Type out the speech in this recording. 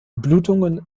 blutungen